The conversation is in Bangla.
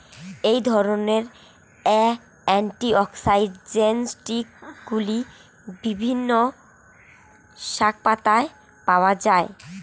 এই ধরনের অ্যান্টিঅক্সিড্যান্টগুলি বিভিন্ন শাকপাতায় পাওয়া য়ায়